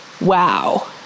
Wow